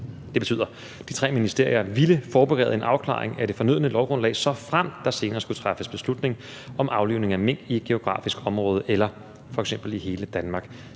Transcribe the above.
Det betyder, at de tre ministerier ville forberede en afklaring af det fornødne lovgrundlag, såfremt der senere skulle træffes beslutning om aflivning af mink i et geografisk område eller f.eks. i hele Danmark.